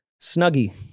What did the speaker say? Snuggie